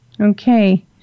Okay